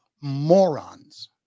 morons